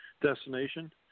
destination